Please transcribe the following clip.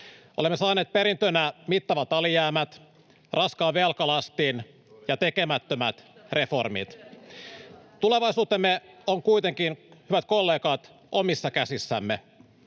Olemme saaneet perintönä mittavat alijäämät, raskaan velkalastin ja tekemättömät reformit. [Suna Kymäläisen välihuuto] Tulevaisuutemme on kuitenkin, hyvät kollegat, omissa käsissämme.